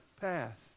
path